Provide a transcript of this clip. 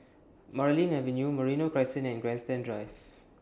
Marlene Avenue Merino Crescent and Grandstand Drive